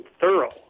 thorough